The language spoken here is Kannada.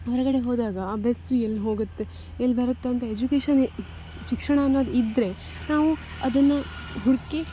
ಹೊರಗಡೆ ಹೋದಾಗ ಆ ಬಸ್ಸು ಎಲ್ಲಿ ಹೋಗುತ್ತೆ ಎಲ್ಲಿ ಬರತ್ತೇ ಅಂತ ಎಜ್ಯುಕೇಷನ್ನೇ ಶಿಕ್ಷಣ ಅನ್ನೋದು ಇದ್ದರೆ ನಾವು ಅದನ್ನು ಹುಡುಕಿ